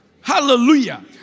Hallelujah